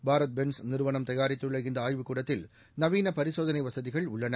Bharat Benz நிறுவனம் தயாரித்துள்ள இந்த ஆய்வுக் கூடத்தில் நவீன பரிசோதளை வசதிகள் உள்ளன